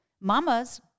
Mama's